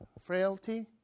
frailty